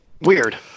weird